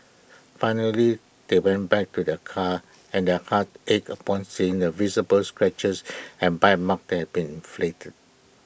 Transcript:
finally they went back to their car and their hearts ached upon seeing the visible scratches and bite marks that had been flitted